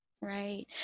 Right